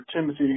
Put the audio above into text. Timothy